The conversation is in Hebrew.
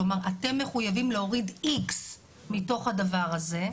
כלומר, אתם מחויבים להוריד X מתוך הדבר הזה.